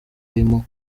arimo